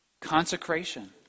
consecration